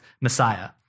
Messiah